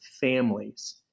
families